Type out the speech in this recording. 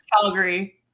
Calgary